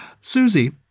Susie